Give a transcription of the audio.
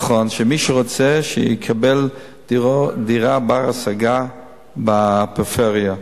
נכון שמי שרוצה יקבל דירה בת-השגה בפריפריה.